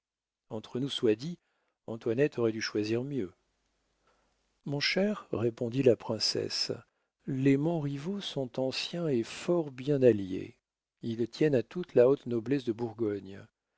entre nous soit dit antoinette aurait dû choisir mieux mon cher répondit la princesse les montriveau sont anciens et fort bien alliés ils tiennent à toute la haute noblesse de bourgogne